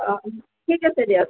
অ' ঠিক আছে দিয়ক